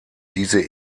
diese